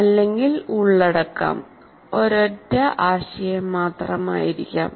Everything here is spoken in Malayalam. അല്ലെങ്കിൽ ഉള്ളടക്കം ഒരൊറ്റ ആശയം മാത്രമായിരിക്കാം